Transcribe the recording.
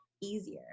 easier